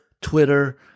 Twitter